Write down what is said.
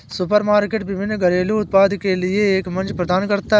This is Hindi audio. सुपरमार्केट विभिन्न घरेलू उत्पादों के लिए एक मंच प्रदान करता है